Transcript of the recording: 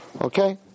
Okay